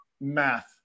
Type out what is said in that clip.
math